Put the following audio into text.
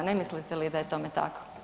Ne mislite li da je tome tako?